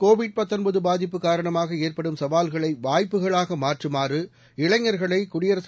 Covid பாதிப்பு காரணமாக ஏற்படும் சவால்களை வாய்ப்புகளாக மாற்றுமாறு இளைஞர்களை குடியரசு